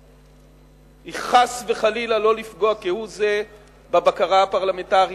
היא חס וחלילה לא לפגוע כהוא זה בבקרה הפרלמנטרית,